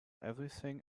everything